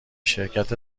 شرکت